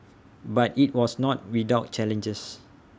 but IT was not without challenges